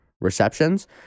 receptions